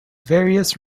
various